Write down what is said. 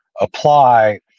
apply